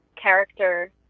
character